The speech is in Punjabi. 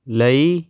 ਲਈ